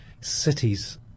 cities